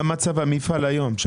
מה מצב המפעל היום?